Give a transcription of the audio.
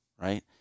Right